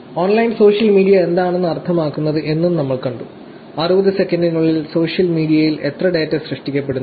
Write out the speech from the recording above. online social media എന്താണ് അർത്ഥമാക്കുന്നത് എന്നും നമ്മൾ കണ്ടു 60 സെക്കൻഡിനുള്ളിൽ സോഷ്യൽ മീഡിയയിൽ എത്ര ഡാറ്റ സൃഷ്ടിക്കപ്പെടുന്നു